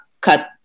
cut